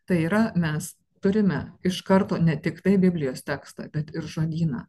tai yra mes turime iš karto ne tiktai biblijos tekstą bet ir žodyną